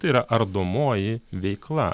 tai yra ardomoji veikla